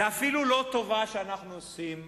זה אפילו לא טובה שאנחנו עושים